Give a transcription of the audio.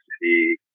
city